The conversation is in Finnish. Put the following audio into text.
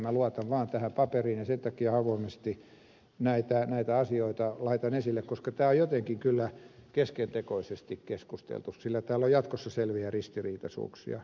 minä luotan vaan tähän paperiin ja sen takia avoimesti näitä asioita laitan esille koska tämä on jotenkin kyllä keskentekoisesti keskusteltu sillä täällä on jatkossa selviä ristiriitaisuuksia